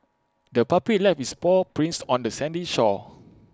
the puppy left its paw prints on the sandy shore